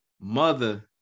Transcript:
mother